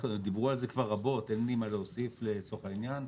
דיברו על זה כבר רבות ואין לי מה להוסיף לצורך העניין.